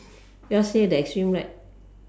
yours leh the extreme right